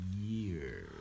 year